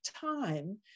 time